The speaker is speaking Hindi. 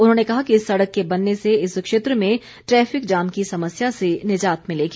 उन्होंने कहा कि इस सड़क के बनने से इस क्षेत्र में ट्रैफ़िक जाम की समस्या से निजात मिलेगी